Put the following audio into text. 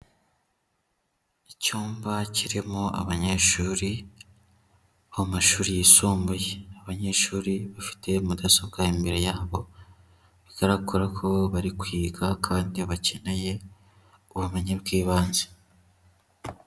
Icyumba kirimo abanyeshuri bo mu mashuri yisumbuye. Abanyeshuri bafite mudasobwa imbere yabo, bigagara ko bari kwiga kandi bakeneye ubumenyi bw'ibanze.